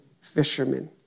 fishermen